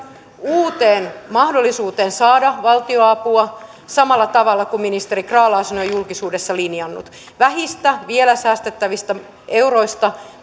uuteen mahdollisuuteen saada valtionapua samalla tavalla kuin ministeri grahn laasonen on julkisuudessa linjannut vähistä vielä säästettävistä euroista